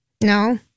No